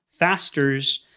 fasters